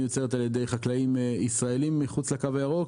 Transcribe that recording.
מיוצרת על ידי חקלאים ישראלים מחוץ לקו הירוק,